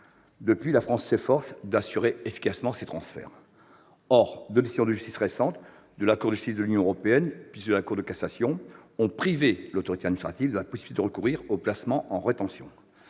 règlement, la France s'efforce d'assurer efficacement ces transferts. Or deux décisions de justice récentes, l'une de la Cour de justice de l'Union européenne, l'autre de la Cour de cassation, ont privé l'autorité administrative de la possibilité de recourir au placement en rétention.